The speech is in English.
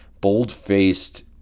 bold-faced